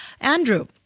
Andrew